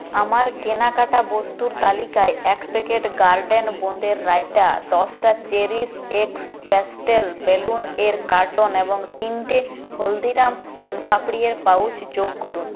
আমার কেনাকাটা বস্তুর তালিকায় এক প্যাকেট গার্ডেন বোঁদের রায়তা দশটা চেরিশএক্স প্যাস্টেল বেলুন এর কার্টন এবং তিনটে হলদিরামস শোনপাপড়ি এর পাউচ যোগ করুন